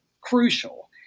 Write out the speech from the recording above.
crucial